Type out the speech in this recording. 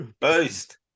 boost